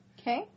Okay